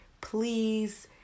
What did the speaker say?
Please